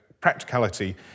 practicality